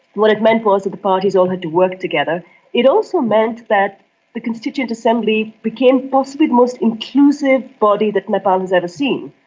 what it meant was that the parties all had to work together it also meant that the constituent assembly became possibly the most inclusive body that nepal has ever seen.